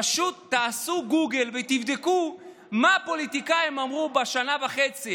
פשוט תעשו גוגל ותבדקו מה הפוליטיקאים אמרו בשנה וחצי